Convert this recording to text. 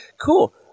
cool